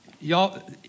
Y'all